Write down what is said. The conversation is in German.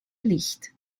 licht